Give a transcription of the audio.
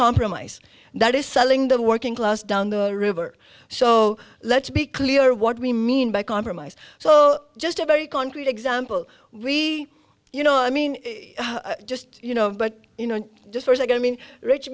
compromise that is selling the working class down the river so let's be clear what we mean by compromise so just a very concrete example we you know i mean just you know but you know just like i mean rich